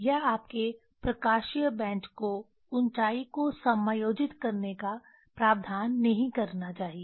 यह आपके प्रकाशीय बेंच को ऊंचाई को समायोजित करने का प्रावधान नहीं करना चाहिए